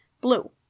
Blue